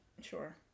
Sure